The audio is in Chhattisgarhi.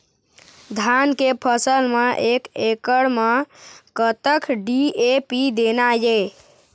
धान के फसल म एक एकड़ म कतक डी.ए.पी देना ये?